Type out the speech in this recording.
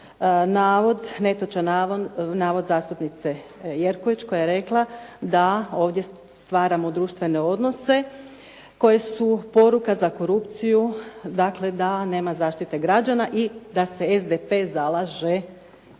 netočan navod zastupnice Jerković koja je rekla da ovdje stvaramo društvene odnose koje su poruka za korupciju, dakle da nema zaštite građana i da se SDP zalaže za to.